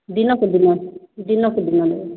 ଦିନକୁ ଦିନ ଦିନକୁ ଦିନ ଦେବେ